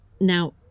Now